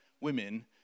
women